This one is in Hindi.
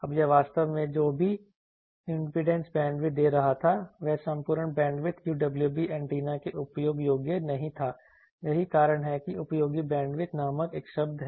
अब यह वास्तव में जो भी इंपीडेंस बैंडविड्थ दे रहा था वह संपूर्ण बैंडविड्थ UWB एंटेना के उपयोग योग्य नहीं था यही कारण है कि उपयोगी बैंडविड्थ नामक एक शब्द है